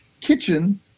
kitchen